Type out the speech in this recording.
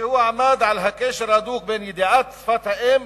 כשהוא עמד על קשר הדוק בין ידיעת שפת האם